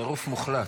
--- טירוף מוחלט.